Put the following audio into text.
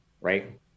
right